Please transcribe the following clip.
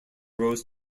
rose